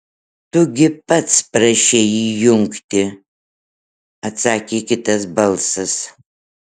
tu gi pats prašei įjungti atsakė kitas balsas